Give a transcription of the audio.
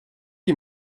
die